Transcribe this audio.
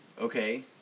okay